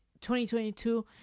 2022